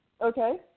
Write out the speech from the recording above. Okay